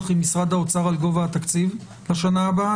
עם משרד האוצר על גובה התקציב בשנה הבאה?